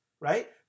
right